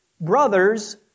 brothers